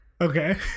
Okay